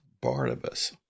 Barnabas